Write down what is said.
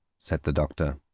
said the doctor.